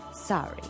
Sorry